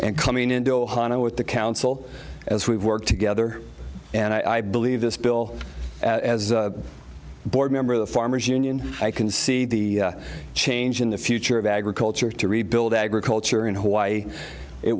and coming into ohana with the council as we work together and i believe this bill as a board member of the farmers union i can see the change in the future of agriculture to rebuild agriculture in hawaii it